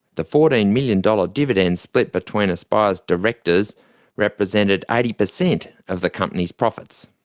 the fourteen million dollars dividend split between aspire's directors represented eighty percent of the company's profits.